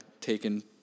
taken